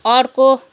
अर्को